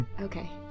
Okay